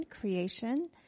Creation